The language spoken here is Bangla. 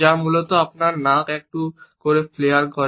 যা মূলত আপনার নাক একটু একটু করে ফ্লেয়ার করে